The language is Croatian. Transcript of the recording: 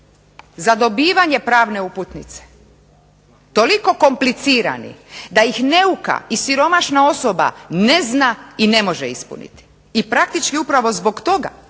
za dobivanje pravne uputnice toliko komplicirani da ih neuka i siromašna osoba ne zna i ne može ispuniti. I praktički upravo zbog toga,